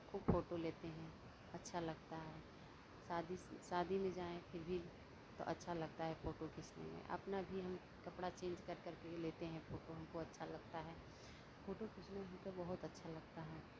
खूब फोटो लेते हैं अच्छा लगता है शादी से शादी में जाएँ फिर भी तो अच्छा लगता है फोटो खींचने में अपना भी हम कपड़ा चेंज कर करके लेते हैं फोटो हमको अच्छा लगता है फोटो खींचने में हमको बहुत अच्छा लगता है